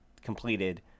completed